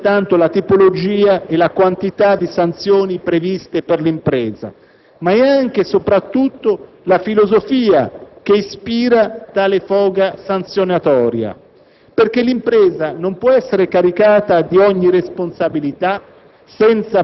A colpirmi negativamente e a preoccuparmi politicamente, non sono soltanto la tipologia e la quantità di sanzioni previste per l'impresa, ma è anche, e soprattutto, la filosofia che ispira tale foga sanzionatoria.